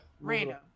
Random